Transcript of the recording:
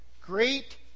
great